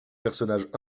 personnage